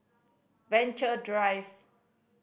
Venture Drive